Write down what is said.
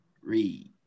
read